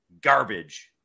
garbage